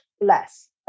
less